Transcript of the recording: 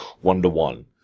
one-to-one